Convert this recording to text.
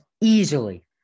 easily